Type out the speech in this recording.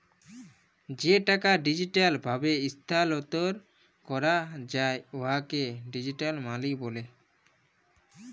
যে টাকা ডিজিটাল ভাবে ইস্থালাল্তর ক্যরা যায় উয়াকে ডিজিটাল মালি ব্যলে